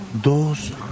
dos